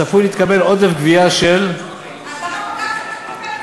צפוי להתקבל עודף גבייה אז למה פגעתם בפנסיות?